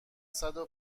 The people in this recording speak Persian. صدو